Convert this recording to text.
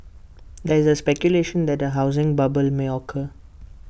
there is speculation that A housing bubble may occur